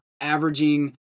averaging